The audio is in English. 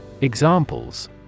Examples